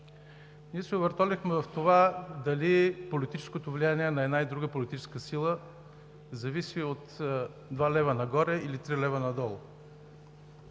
Ние се овъртолихме в това дали политическото влияние на една или друга политическа сила зависи от 2 лв. нагоре или 3 лв. надолу.